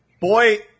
Boy